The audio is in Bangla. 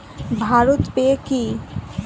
ভারত পে কি?